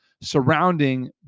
surrounding